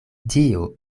dio